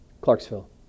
Clarksville